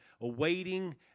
awaiting